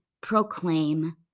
proclaim